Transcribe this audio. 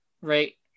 Right